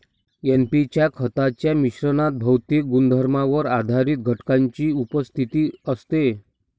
NP च्या खतांच्या मिश्रणात भौतिक गुणधर्मांवर आधारित घटकांची उपस्थिती असते